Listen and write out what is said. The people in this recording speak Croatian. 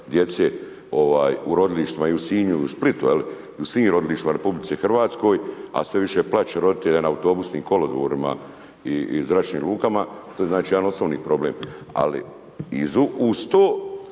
djece u rodilištima i u Sinju ili u Splitu, i u svim rodilištima u RH a sve više plač roditelja na autobusnim kolodvorima i zračnim lukama. To je znači jedan osnovni problem. Ali i uz to